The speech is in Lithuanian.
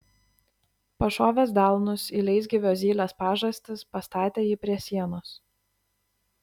pašovęs delnus į leisgyvio zylės pažastis pastatė jį prie sienos